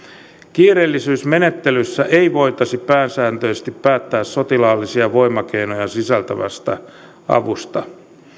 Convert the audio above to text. kiireellisyysmenettelyssä ei voitaisi pääsääntöisesti päättää sotilaallisia voimakeinoja sisältävästä avusta